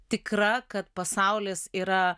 tikra kad pasaulis yra